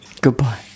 Goodbye